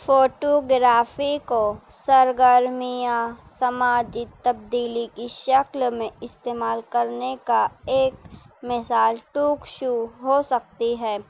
photography کو سرگرمیاں سماجی تبدیلی کی شکل میں استعمال کرنے کا ایک مثال ٹوک شو ہو سکتی ہے